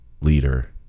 leader